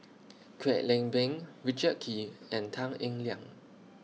Kwek Leng Beng Richard Kee and Tan Eng Liang